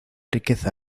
riqueza